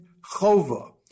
chova